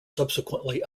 subsequently